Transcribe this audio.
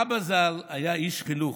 אבא ז"ל היה איש חינוך.